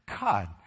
God